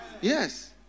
Yes